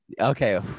okay